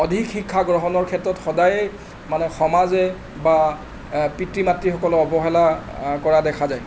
অধিক শিক্ষা গ্ৰহণৰ ক্ষেত্ৰত সদায় মানে সমাজে বা পিতৃ মাতৃসকলে অৱহেলা কৰা দেখা যায়